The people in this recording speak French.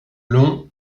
long